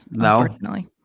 unfortunately